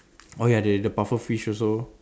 oh ya the the pufferfish also